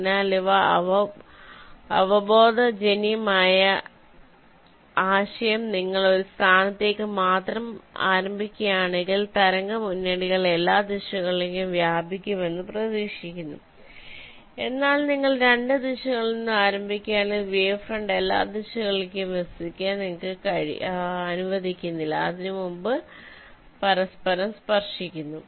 അതിനാൽ ഇവിടെ അവബോധജന്യമായ ആശയം നിങ്ങൾ ഒരു സ്ഥാനത്തേക്ക് മാത്രം ആരംഭിക്കുകയാണെങ്കിൽ തരംഗ മുന്നണികൾ എല്ലാ ദിശകളിലേക്കും വ്യാപിക്കുമെന്ന് പ്രതീക്ഷിക്കുന്നു എന്നാൽ നിങ്ങൾ രണ്ട് ദിശകളിൽ നിന്നും ആരംഭിക്കുകയാണെങ്കിൽ വേവ് ഫ്രണ്ട് എല്ലാ ദിശകളിലേക്കും വികസിപ്പിക്കാൻ നിങ്ങൾ അനുവദിക്കുന്നില്ല അതിനുമുമ്പ് പരസ്പരം സ്പർശിക്കുന്നു